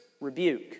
rebuke